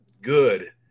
good